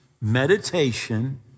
meditation